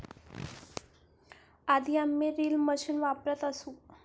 आधी आम्ही reel machine वापरत असू